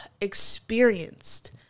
experienced